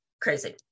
crazy